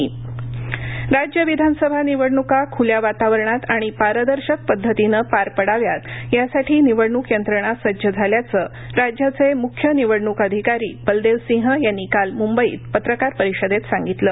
मुख्य निवडणुक अधिकारी राज्य विधानसभा निवडण्का ख्ल्या वातावरणात आणिपारदर्शक पदधतीनं पार पडाव्यात यासाठी निवडणूक यंत्रणा सज्ज झाल्याचं राज्याचेम्ख्य निवडणूक अधिकारी बलदेव सिंह यांनी काल म्ंबईत पत्रकार परिषदेत सांगितलं